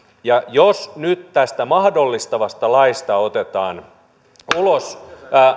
ja jos nyt tästä mahdollistavasta laista otetaan ulos